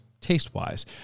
taste-wise